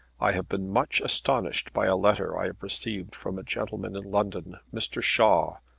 i have been much astonished by a letter i have received from a gentleman in london, mr. shaw,